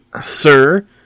sir